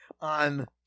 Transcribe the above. on